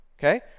Okay